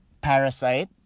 Parasite